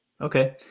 Okay